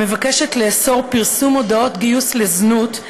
המבקשת לאסור פרסום מודעות גיוס לזנות,